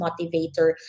motivator